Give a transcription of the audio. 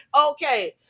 Okay